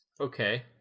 Okay